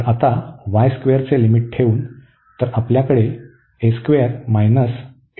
तर आता चे लिमिट ठेवून तर आपल्याकडे आहे